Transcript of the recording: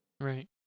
Right